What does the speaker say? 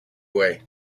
way